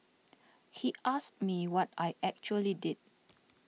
he asked me what I actually did